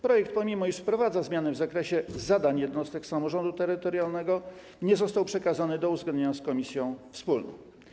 Projekt, pomimo iż wprowadza zmiany w zakresie zadań jednostek samorządu terytorialnego, nie został przekazany do uzgodnienia z komisją wspólną.